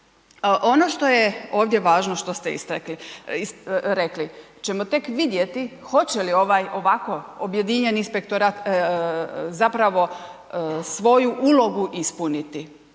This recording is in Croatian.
Ono što je ovdje važno, što ste istakli, rekli ćemo tek vidjeti hoće li ovaj ovako objedinjeni inspektorat zapravo svoju ulogu ispuniti,